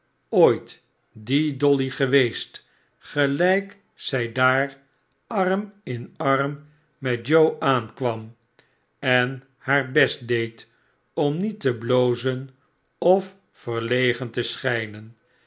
ooit die dolly geweest gelijk zij daar arm in arm met joe aankwam en haar best deed om niet te blozen of verlegen te schijnen